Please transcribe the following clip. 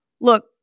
look